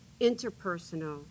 interpersonal